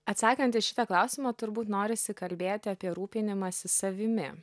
atsakant į šitą klausimą turbūt norisi kalbėti apie rūpinimąsi savimi